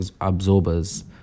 absorbers